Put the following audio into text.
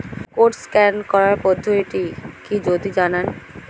Code scan করার পদ্ধতিটি কি যদি জানান?